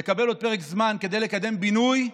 לקבל עוד פרק זמן כדי לקדם בינוי,